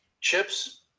chips